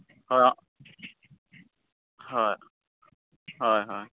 ᱦᱚᱭ ᱦᱚᱭ ᱦᱚᱭ ᱦᱚᱭ